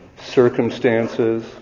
circumstances